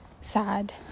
sad